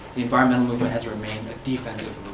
the environmental movement has remained a defensive